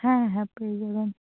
হ্যাঁ হ্যাঁ পেয়ে যাবেন